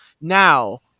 Now